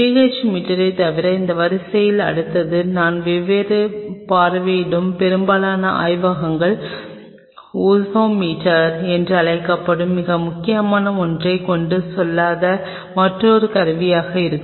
PH மீட்டரைத் தவிர அந்த வரிசையில் அடுத்தது நான் அவ்வப்போது பார்வையிடும் பெரும்பாலான ஆய்வகங்கள் ஓஸ்மோமீட்டர் என்று அழைக்கப்படும் மிக முக்கியமான ஒன்றைக் கொண்டு செல்லாத மற்றொரு கருவியாக இருக்கும்